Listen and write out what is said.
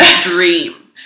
dream